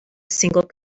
single